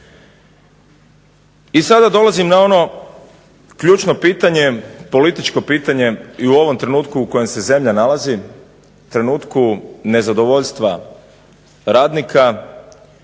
I sada dolazim na ono ključno pitanje, političko pitanje i u ovom trenutku u kojem se zemlja nalazi, trenutku nezadovoljstva radnika,